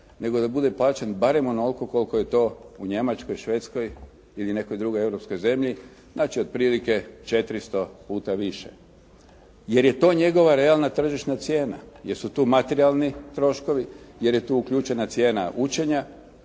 nego da bude plaćen barem onoliko koliko je to u Njemačkoj, Švedskoj ili nekoj drugoj europskoj zemlji, znači otprilike 400 puta više jer je to njegova realna tržišna cijena, jer su tu materijalni troškovi, jer je tu uključena cijena učenja